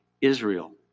Israel